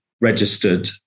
registered